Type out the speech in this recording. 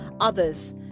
others